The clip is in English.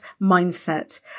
mindset